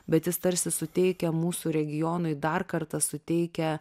bet jis tarsi suteikia mūsų regionui dar kartą suteikia